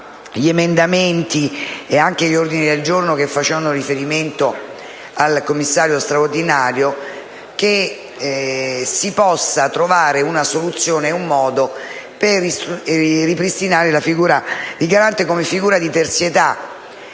gli emendamenti e gli ordini del giorno che facevano riferimento al commissario straordinario, che si possa trovare un modo per ripristinare la figura del Garante come figura di terzietà.